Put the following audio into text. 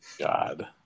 God